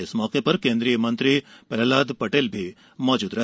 इस मौके पर केंद्रीय मंत्री प्रहलाद पटेल भी मौजूद रहे